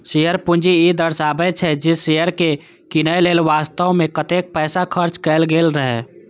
share पूंजी ई दर्शाबै छै, जे शेयर कें कीनय लेल वास्तव मे कतेक पैसा खर्च कैल गेल रहै